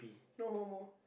no